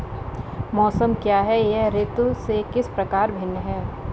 मौसम क्या है यह ऋतु से किस प्रकार भिन्न है?